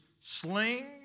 sling